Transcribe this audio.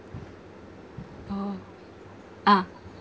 oh ah